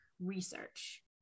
research